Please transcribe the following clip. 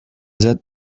that